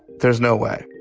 there's no way